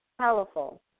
powerful